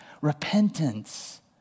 Repentance